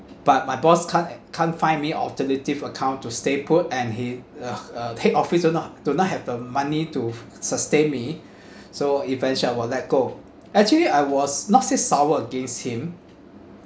but my boss can't can't find me alternative account to stay put and he uh uh take office [one] oh do not have the money to sustain me so eventually I was let go actually I was not say sour against him